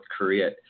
Korea